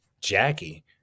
Jackie